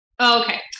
Okay